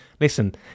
listen